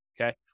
okay